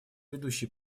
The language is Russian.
ведущей